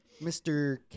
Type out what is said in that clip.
Mr